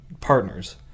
partners